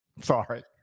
Sorry